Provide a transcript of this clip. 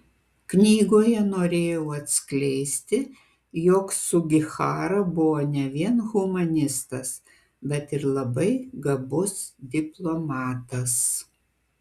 knygoje norėjau atskleisti jog sugihara buvo ne vien humanistas bet ir labai gabus diplomatas